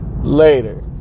later